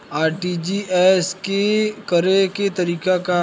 RTGS करे के तरीका का हैं?